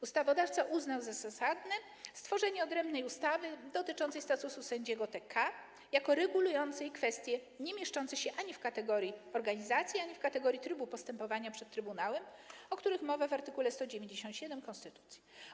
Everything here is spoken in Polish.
Ustawodawca uznał za zasadne stworzenie odrębnej ustawy dotyczącej statusu sędziego TK, jako regulującej kwestie niemieszczące się ani w kategorii organizacji, ani w kategorii trybu postępowania przed trybunałem, o których mowa w art. 197 konstytucji.